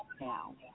now